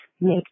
Make